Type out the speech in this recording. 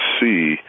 see